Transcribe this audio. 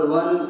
one